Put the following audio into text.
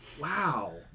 wow